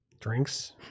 Drinks